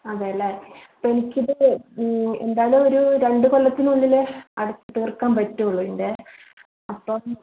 അതേയല്ലേ അപ്പോൾ എനിക്ക് ഇതിൽ എന്തായാലും ഒരു രണ്ട് കൊല്ലത്തിനുള്ളിലേ അടച്ച് തീർക്കാൻ പറ്റുള്ളൂ ഇതിന്റെ അപ്പം